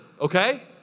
okay